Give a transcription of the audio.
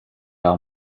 are